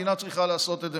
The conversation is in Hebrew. המדינה צריכה לעשות את זה,